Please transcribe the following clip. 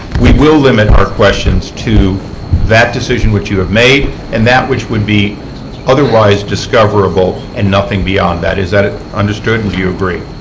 we will limit our questions to that decision which you have made and that which would be otherwise discoverable and nothing beyond that. is that ah understood, and do you agree?